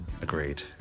Agreed